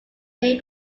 may